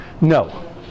No